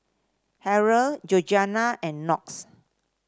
Harrold Georgianna and Knox